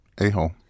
A-hole